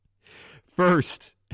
First